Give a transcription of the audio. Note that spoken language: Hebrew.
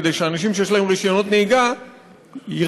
כדי שאנשים שיש להם רישיונות נהיגה ירצו